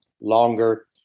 longer